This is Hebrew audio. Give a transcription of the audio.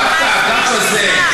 דווקא האגף הזה,